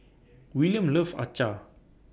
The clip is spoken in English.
Willam loves Acar